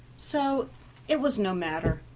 so it was no matter.